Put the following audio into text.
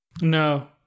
No